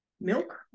milk